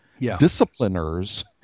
discipliners